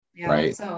Right